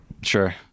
sure